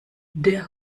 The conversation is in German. der